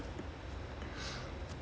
his heading